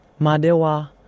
Madewa